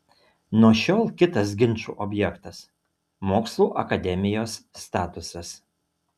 nuo šiol kitas ginčų objektas mokslų akademijos statusas